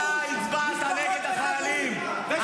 אתה הצבעת נגד גירוש משפחות מחבלים בשלושה חוקים --- המילואימניקים.